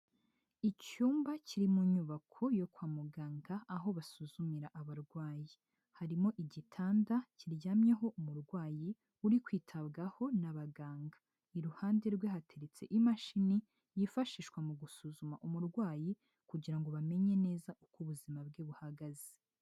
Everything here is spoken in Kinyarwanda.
Icyumba kiri mu nyubako yo kwa muganga aho basuzumira abarwayi, harimo igitanda kiryamyeho umurwayi uri kwitabwaho n'abaganga, iruhande rwe hateretse imashini yifashishwa mu gusuzuma umurwayi kugira ngo bamenye neza uko ubuzima bwe buhagaze.